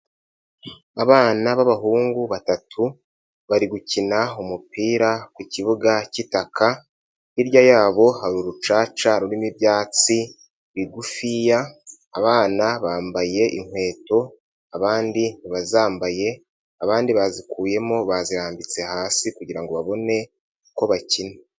Abana b'abahungu batatu, bari gukina umupira ku kibuga cy'itaka, hirya yabo hari urucaca rurimo ibyatsi bigufiya, abana bambaye inkweto abandi ntibazambaye, abandi bazikuyemo bazirambitse hasi kugirango babone ko bakina.